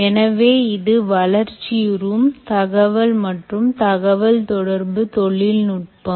எனவே இது வளர்ச்சியுறும் தகவல் மற்றும் தகவல் தொடர்பு தொழில்நுட்பம்